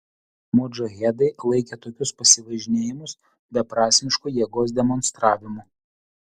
modžahedai laikė tokius pasivažinėjimus beprasmišku jėgos demonstravimu